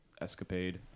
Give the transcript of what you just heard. escapade